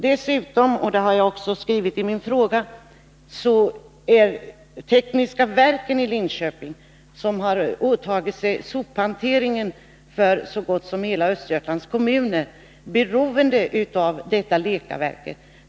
Dessutom — och det har jag också skrivit i min fråga — är tekniska verken i Linköping, som har åtagit sig sophanteringen för så gott som alla Östergötlands kommuner, beroende av Lecaverken.